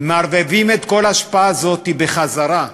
מערבבים את כל האשפה הזאת בחזרה,